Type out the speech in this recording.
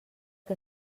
que